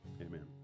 Amen